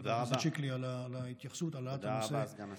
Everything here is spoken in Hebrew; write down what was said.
חבר הכנסת שיקלי, על העלאת הנושא.